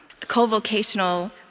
co-vocational